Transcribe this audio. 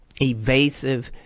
evasive